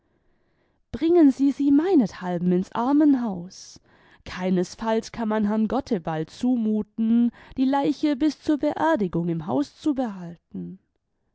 bringen sie sie meinethalben ins armenhaus keinesfalls kann man herrn gotteball zumuten die leiche bis zur beerdigimg im haus zu behalten